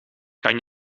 kan